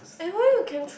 eh why you can